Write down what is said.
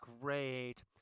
great